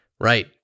Right